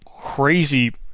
crazy